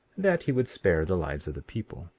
that he would spare the lives of the people.